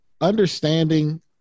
understanding